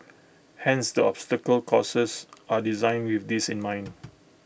hence the obstacle courses are designed with this in mind